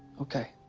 okay.